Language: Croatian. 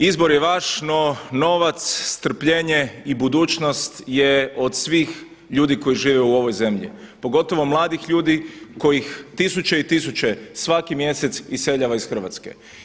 Izbor je vaš, no novac, strpljenje i budućnost je od svih ljudi koji žive u ovoj zemlji, pogotovo mladih ljudi kojih tisuće i tisuće svaki mjesec iseljava iz Hrvatske.